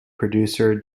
producer